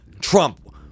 Trump